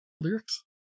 lyrics